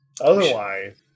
Otherwise